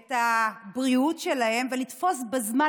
את הבריאות שלהם ולתפוס בזמן,